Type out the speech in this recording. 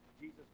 Jesus